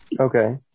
Okay